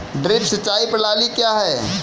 Drip सिंचाई प्रणाली क्या है?